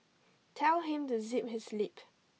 tell him to zip his lip